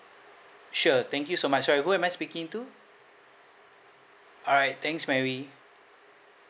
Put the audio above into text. sure thank you so much sorry who am I speaking to alright thanks mary